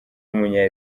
w’umunya